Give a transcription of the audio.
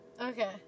Okay